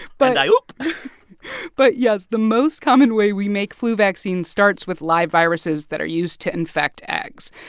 but i oop but, yes, the most common way we make flu vaccine starts with live viruses that are used to infect eggs.